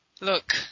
look